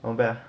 not bad ah